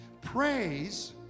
praise